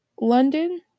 London